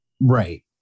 right